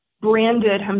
branded